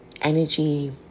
Energy